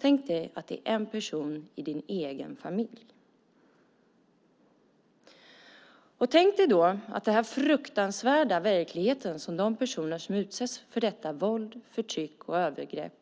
Tänk dig att det är en person i din egen familj. Och tänk dig då att den här fruktansvärda verkligheten som de personer som utsätts för detta våld, förtryck och övergrepp